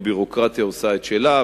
הביורוקרטיה עושה את שלה,